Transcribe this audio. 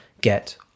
get